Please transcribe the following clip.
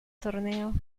torneo